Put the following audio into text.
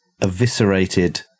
eviscerated